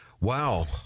wow